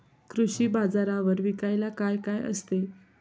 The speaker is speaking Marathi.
कृषी बाजारावर विकायला काय काय असते?